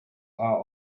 are